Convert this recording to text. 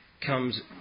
comes